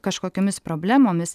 kažkokiomis problemomis